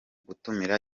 gutumira